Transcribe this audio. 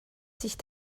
sich